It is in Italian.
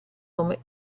come